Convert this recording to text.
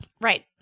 right